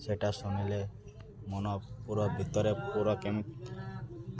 ସେଟା ଶୁଣିଲେ ମନ ପୁରା ଭିତରେ ପୁରା କେନ୍